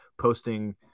posting –